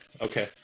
okay